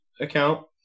account